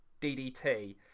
ddt